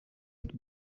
would